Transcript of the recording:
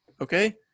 Okay